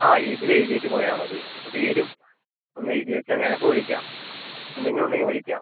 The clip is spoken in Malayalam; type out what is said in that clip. ആ ഇതിൽ എഴുതിയിട്ട് പോയാൽ മതി പേരും ഒന്ന് എഴുതി വെച്ചാൽ ഞാൻ അപ്പോൾ വിളിക്കാം എന്തെങ്കിലും ഉണ്ടെങ്കിൽ വിളിക്കാം